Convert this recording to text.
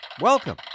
Welcome